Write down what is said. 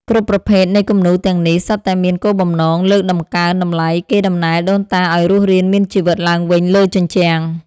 គ្រប់ប្រភេទនៃគំនូរទាំងនេះ សុទ្ធតែមានគោលបំណងលើកតម្កើងតម្លៃកេរដំណែលដូនតាឱ្យរស់រានមានជីវិតឡើងវិញលើជញ្ជាំង។